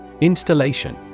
Installation